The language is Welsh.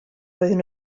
roedden